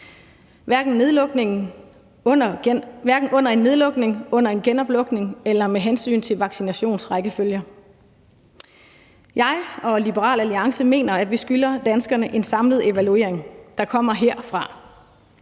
hverken under en nedlukning eller en genåbning eller med hensyn til vaccinationsrækkefølge. Jeg og Liberal Alliance mener, at vi skylder danskerne en samlet evaluering, der kommer herfra.